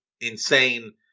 insane